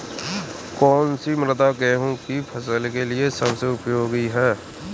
कौन सी मृदा गेहूँ की फसल के लिए सबसे उपयोगी है?